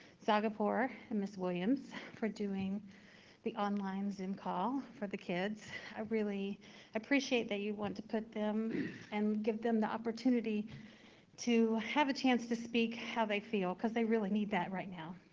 zargarpur and ms. williams for doing the online zoom call for the kids. i really appreciate that you want to put them and give them the opportunity to have a chance to speak how they feel. cause they really need that right now.